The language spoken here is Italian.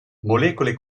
molecole